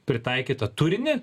pritaikytą turinį